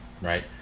right